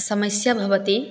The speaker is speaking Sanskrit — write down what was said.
समस्या भवति